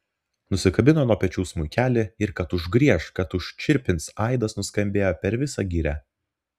nusikabino nuo pečių smuikelį ir kad užgrieš kad užčirpins aidas nuskambėjo per visą girią